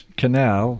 canal